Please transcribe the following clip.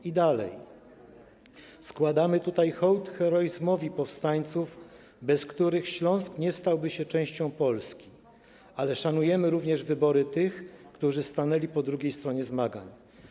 I dalej: Składamy tutaj hołd heroizmowi powstańców, bez których Śląsk nie stałby się częścią Polski, ale szanujemy również wybory tych, którzy stanęli po drugiej stronie zmagań.